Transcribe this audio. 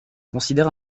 considère